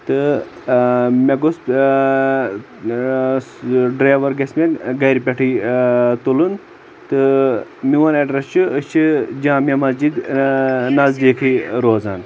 تہِ مےٚ گوٚژھ سُہ ڈیرور گژھِ مےٚ گرِ پیٹھٕے تُلُن تہِ میون اڈررٮ۪س چھ أسۍ چھِ جامع مسجد نزدیکے روزان